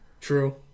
True